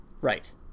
Right